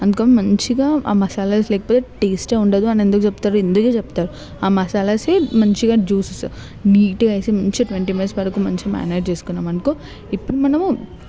అందుకని మంచిగా ఆ మసాలాస్ లేకపోతే టేస్టే ఉండదు అని ఎందుకు చెప్తారు ఇందుకే చెప్తారు ఆ మసాలాసే మంచిగా జ్యూసేస్ నీట్గా వేసి మంచిగా ట్వంటీ డేస్ వరకు మంచిగా మారినేడ్ చేసుకున్నాం అనుకో ఇప్పుడు మనం